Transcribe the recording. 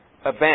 event